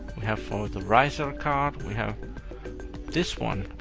we have for the riser card. we have this one,